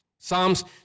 Psalms